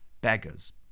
beggars